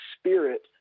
spirit